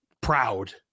proud